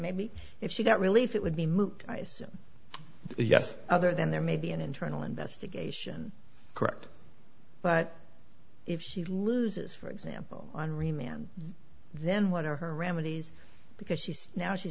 maybe if she got relief it would be moot i say yes other than there may be an internal investigation correct but if she loses for example on remand then what are her remedies because she's now she